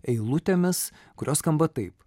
eilutėmis kurios skamba taip